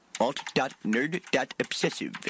Alt.nerd.obsessive